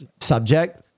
subject